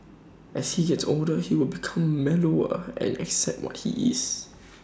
as he gets older he will become mellower and accept what he is